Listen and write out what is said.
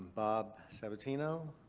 bob sabatino.